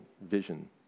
vision